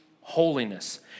holiness